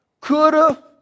Coulda